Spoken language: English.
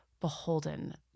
beholden